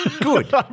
Good